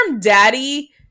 daddy